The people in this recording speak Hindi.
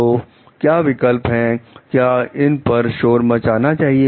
तो क्या विकल्प है क्या इस पर शोर मचाना चाहिए